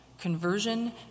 conversion